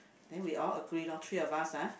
then we all agree lor three of us ah